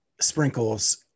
sprinkles